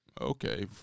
okay